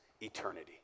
eternity